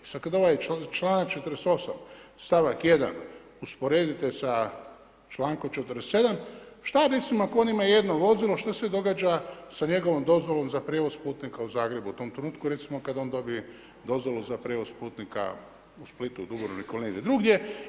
I sada kada ovaj članak 48. stavak 1. usporedite sa člankom 47., šta mislim ako on ima jedno vozilo, šta se događa sa njegovom dozvolom za prijevoz putnika u Zagrebu u tom trenutku recimo kada on dobije dozvolu za prijevoz putnika u Splitu, Dubrovniku ili negdje drugdje?